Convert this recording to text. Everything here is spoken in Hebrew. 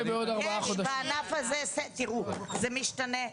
יש בענף הזה, תראו, זה משתנה.